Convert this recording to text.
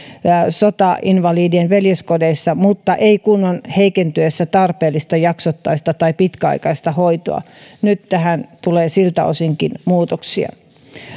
sotainvalidien veljeskodeissa mutta ei kunnon heikentyessä tarpeellista jaksottaista tai pitkäaikaista hoitoa nyt tähän tulee siltä osinkin muutoksia